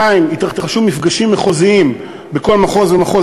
2. יתרחשו מפגשים מחוזיים בכל מחוז ומחוז.